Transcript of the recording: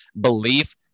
belief